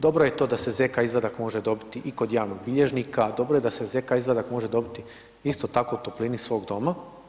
Dobro je i to da se ZK izvadak može dobiti i kod javnog bilježnika, dobro je da se ZK izvadak može dobiti isto tako u toplini svog doma.